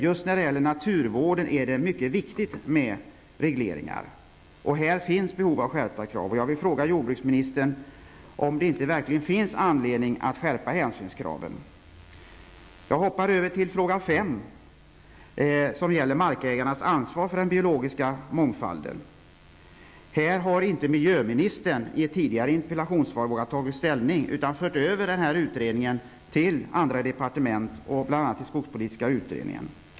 Just när det gäller naturvården är det mycket viktigt med regleringar, och här finns behov av skärpta krav. Jag vill fråga jordbruksministern om det verkligen inte finns anledning att skärpa hänsynskraven. Jag går över till min femte fråga, som gäller markägarnas ansvar för den biologiska mångfalden. Här har inte miljöministern i ett tidigare interpellationssvar vågat ta ställning, utan fört över frågan till andra departement och bl.a. skogspolitiska utredningen.